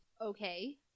Okay